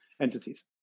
entities